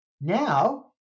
Now